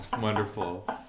Wonderful